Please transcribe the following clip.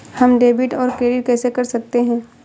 हम डेबिटऔर क्रेडिट कैसे कर सकते हैं?